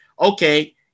okay